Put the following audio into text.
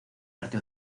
arte